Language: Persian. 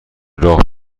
راه